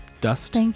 dust